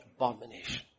abomination